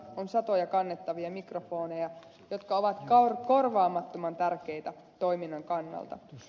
on satoja kannettavia mikrofoneja jotka ovat korvaamattoman tärkeitä toiminnan kannalta